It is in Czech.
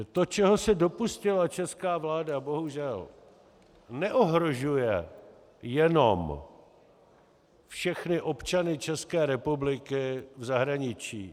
To, čeho se dopustila česká vláda, bohužel neohrožuje jenom všechny občany České republiky v zahraničí.